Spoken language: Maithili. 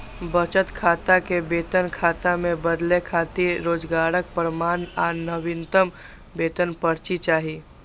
बचत खाता कें वेतन खाता मे बदलै खातिर रोजगारक प्रमाण आ नवीनतम वेतन पर्ची चाही